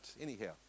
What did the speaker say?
anyhow